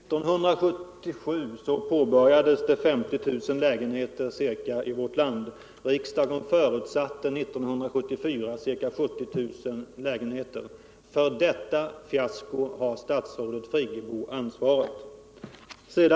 Herr talman! Under 1977 påbörjades ca 50.000 lägenheter i vårt land, men riksdagen förutsatte år 1974 att ca 70.000 lägenheter skulle ha byggts. För detta fiasko har statsrådet Friggebo ansvaret.